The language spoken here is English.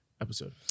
episode